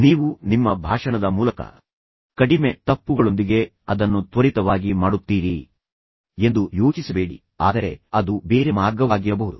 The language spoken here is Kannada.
ನೀವು ನಿಮ್ಮ ಭಾಷಣದ ಮೂಲಕ ಕಡಿಮೆ ತಪ್ಪುಗಳೊಂದಿಗೆ ಅದನ್ನು ತ್ವರಿತವಾಗಿ ಮಾಡುತ್ತೀರಿ ಎಂದು ಯೋಚಿಸಬೇಡಿ ಆದರೆ ಅದು ಬೇರೆ ಮಾರ್ಗವಾಗಿರಬಹುದು